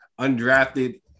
Undrafted